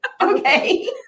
Okay